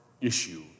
issue